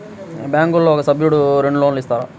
బ్యాంకులో ఒక సభ్యుడకు రెండు లోన్లు ఇస్తారా?